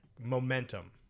momentum